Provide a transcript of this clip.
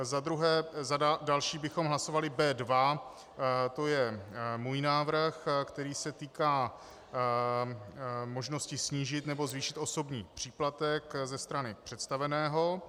Za další bychom hlasovali B2, to je můj návrh, který se týká možnosti snížit nebo zvýšit osobní příplatek ze strany představeného.